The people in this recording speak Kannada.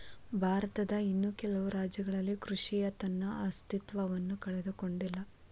ಭಾರತದ ಇನ್ನೂ ಕೆಲವು ರಾಜ್ಯಗಳಲ್ಲಿ ಕೃಷಿಯ ತನ್ನ ಅಸ್ತಿತ್ವವನ್ನು ಕಂಡುಕೊಂಡಿಲ್ಲ